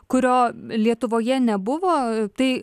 kurio lietuvoje nebuvo tai